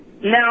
Now